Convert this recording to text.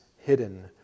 hidden